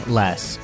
less